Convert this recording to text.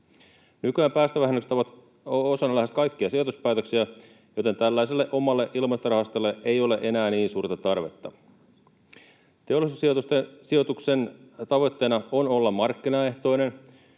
Nykyään päästövähennykset ovat osana lähes kaikkia sijoituspäätöksiä, joten tällaiselle omalle ilmastorahastolle ei ole enää niin suurta tarvetta. Teollisuussijoituksen tavoitteena on olla markkinaehtoinen,